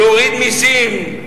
להוריד מסים,